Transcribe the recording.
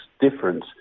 difference